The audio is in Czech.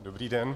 Dobrý den.